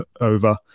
over